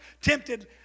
tempted